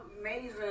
amazing